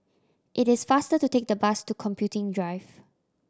it is faster to take the bus to Computing Drive